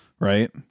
right